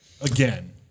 Again